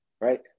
right